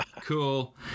cool